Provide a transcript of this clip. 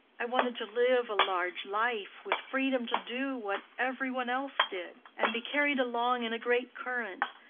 i wanted to live a large life, with freedom to do what every one else did, and be carried along in a great current,